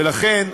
ולכן,